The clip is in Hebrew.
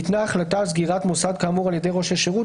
ניתנה החלטה על סגירת מוסד כאמור על ידי ראש השירות,